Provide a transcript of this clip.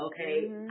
okay